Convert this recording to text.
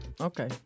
Okay